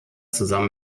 zusammen